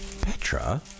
Petra